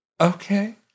Okay